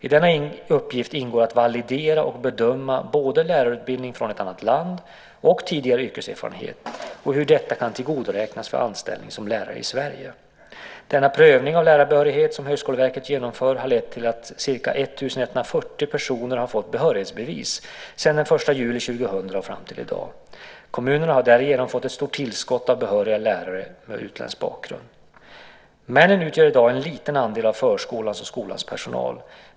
I denna uppgift ingår att validera och bedöma både lärarutbildning från ett annat land och tidigare yrkeserfarenhet och hur detta kan tillgodoräknas för anställning som lärare i Sverige. Denna prövning av lärarbehörighet som Högskoleverket genomför har lett till att ca 1 140 personer fått behörighetsbevis sedan den 1 juli 2000 och fram till i dag. Kommunerna har därigenom fått ett stort tillskott av behöriga lärare med utländsk bakgrund. Männen utgör i dag en liten andel av förskolans och skolans personal.